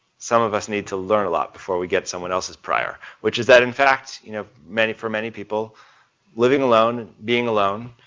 some of us need to learn a lot before we get someone else's prior. which is that in fact you know for many people living alone, being alone,